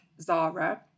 Zara